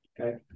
Okay